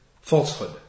falsehood